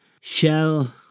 shell